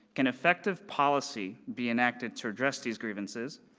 can effective policy be enacted to address these grievances,